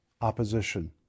opposition